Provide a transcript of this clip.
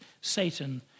Satan